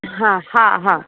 हा हा हा